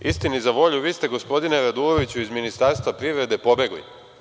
Istini za volju, vi ste, gospodine Raduloviću, iz Ministarstva privrede pobegli.